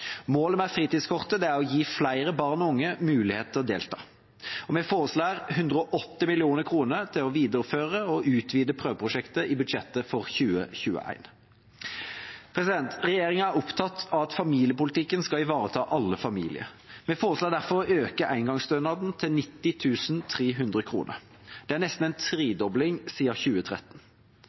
Målet med fritidskortet er å gi flere barn og unge mulighet til å delta. Vi foreslår 180 mill. kr til å videreføre og utvide prøveprosjektet i budsjettet for 2021. Regjeringa er opptatt av at familiepolitikken skal ivareta alle familier. Vi foreslår derfor å øke engangsstønaden til 90 300 kr. Det er nesten en tredobling siden 2013.